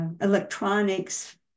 electronics